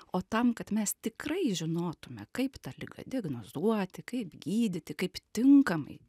o tam kad mes tikrai žinotume kaip tą ligą diagnozuoti kaip gydyti kaip tinkamai